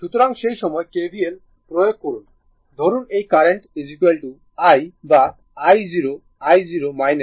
সুতরাং সেই সময় KVL প্রয়োগ করুন ধরুন এই কারেন্ট i বা i0 i0 i0